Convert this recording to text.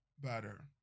better